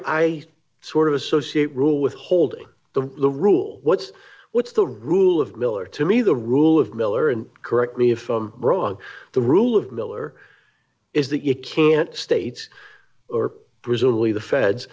i sort of associate rule with holding the rule what's what's the rule of miller to me the rule of miller and correct me if i'm wrong the rule of miller is that you can't states or presumably the feds